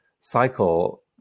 cycle